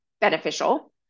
beneficial